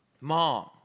mom